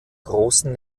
großen